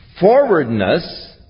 forwardness